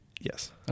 Yes